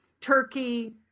turkey